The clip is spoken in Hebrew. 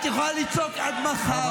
את יכולה לצעוק עד מחר, זה לא בנגב.